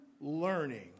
learning